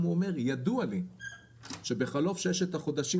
הוא אומר: ידוע לי שבחלוף ששת החודשים,